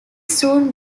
soon